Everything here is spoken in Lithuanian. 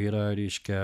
yra reiškia